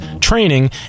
training